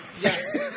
yes